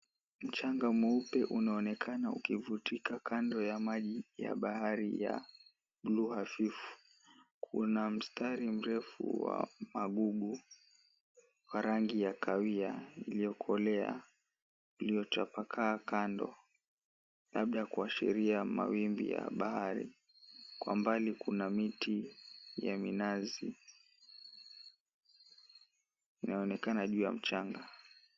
Mchanga mweupe unaonekana ukivutika kando ya maji yenye mwanga hafifu. Kuna mistari mrefu ya magugu kwa rangi ya kahawia iliyokolea iliyochapakaa kando, labda kuashiria mawimbi ya bahari. Kwa mbali kuna miti ya minazi inayoonekana juu ya mchanga.